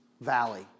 valley